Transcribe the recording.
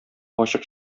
ачык